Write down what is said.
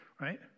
right